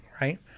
right